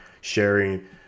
sharing